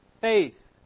faith